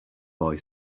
boy